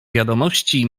wiadomości